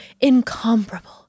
incomparable